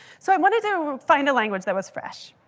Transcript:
so i wanted to find a language that was fresh.